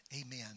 Amen